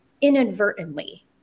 inadvertently